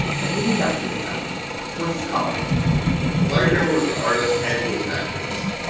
but aids activism was his calling larry kramer was an artist and he was an activist.